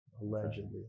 allegedly